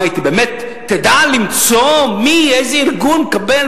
היא באמת תדע למצוא מה ואיזה ארגון מקבל,